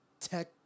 tech